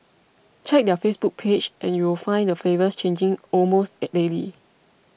check their Facebook page and you will find the flavours changing almost